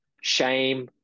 shame